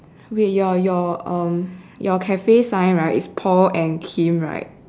wait your your um your cafe sign right is Paul and Kim right